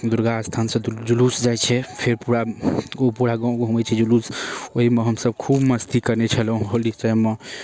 दुर्गास्थान सऽ जुलूस जाइ छै फेर पूरा ओ पूरा गाँव घुमै छै जुलूस ओहिमे हमसब खूब मस्ती करने छलहुॅं होलिके टाइममे